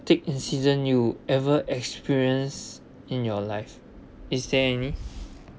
traumatic incident you ever experienced in your life is there any